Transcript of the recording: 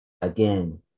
Again